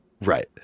Right